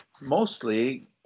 Mostly